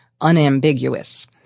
unambiguous